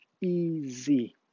Easy